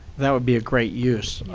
that would be a great use.